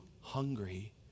hungry